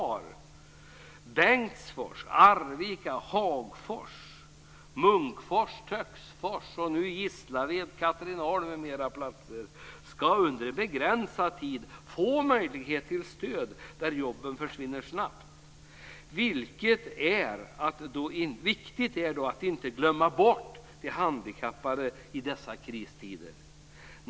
Sådana orter som Bengtsfors, Arvika, Hagfors, Munkfors, Töcksfors, Gislaved, Katrineholm m.fl. orter ska under en begränsad tid få möjlighet till stöd när jobben försvinner snabbt. Viktigt är då att inte glömma bort de handikappade i dessa kristider.